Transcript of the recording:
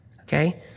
Okay